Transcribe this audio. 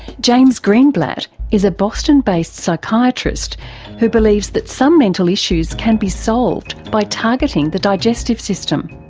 james greenblatt is a boston based psychiatrist who believes that some mental issues can be solved by targeting the digestive system.